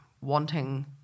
wanting